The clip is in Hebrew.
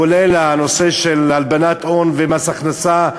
כולל הנושא של הלבנת הון ומס הכנסה,